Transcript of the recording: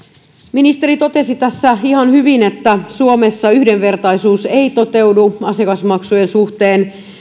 ministeri totesi tässä ihan hyvin että suomessa yhdenvertaisuus ei toteudu asiakasmaksujen suhteen